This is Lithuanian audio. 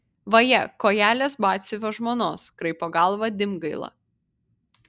vaje kojelės batsiuvio žmonos kraipo galvą dimgaila